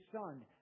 Son